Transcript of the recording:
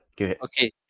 Okay